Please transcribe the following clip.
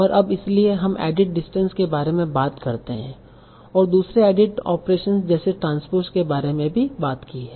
तो अब इसलिए हम एडिट डिस्टेंस के बारे में बात करते हैं और दूसरे एडिट ऑपरेशन जैसे ट्रांसपोज़ के बारे में भी बात की हैं